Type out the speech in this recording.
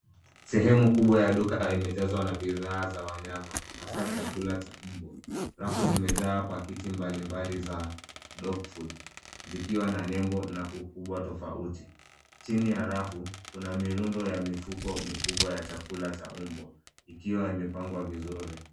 Sehemu kubwa ya duka imejazwa na bidhaa za wanyama, hasaa chakula cha mbwa. Rafu zimejaa paketi mbali mbali za dog food , zikiwa na nembo na ukubwa tofauti. Chini ya rafu, kuna mirundo ya mifuko mikubwa ya chakula cha mbwa, ikiwa imepangwa vizuri.